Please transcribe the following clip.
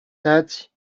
that